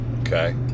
okay